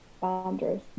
boundaries